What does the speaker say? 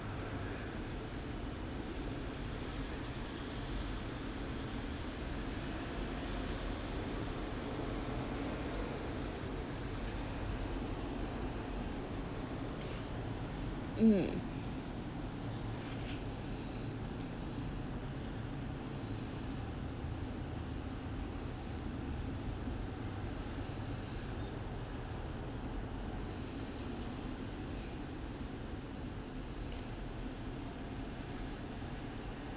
mm